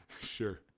Sure